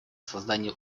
создание